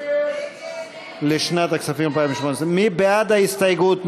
לשנת הכספים 2018. מי בעד ההסתייגות?